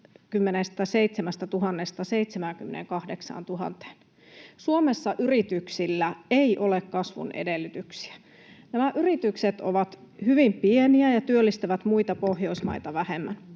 78 000:een. Suomessa yrityksillä ei ole kasvun edellytyksiä. Nämä yritykset ovat hyvin pieniä ja työllistävät muita Pohjoismaita vähemmän.